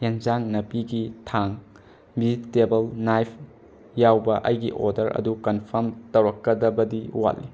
ꯑꯦꯟꯁꯥꯡ ꯅꯥꯄꯤꯒꯤ ꯊꯥꯡ ꯕꯦꯖꯤꯇꯦꯕꯜ ꯅꯥꯏꯐ ꯌꯥꯎꯕ ꯑꯩꯒꯤ ꯑꯣꯗꯔ ꯑꯗꯨ ꯀꯟꯐꯥꯔꯝ ꯇꯧꯔꯛꯀꯗꯕꯗꯤ ꯋꯥꯠꯂꯤ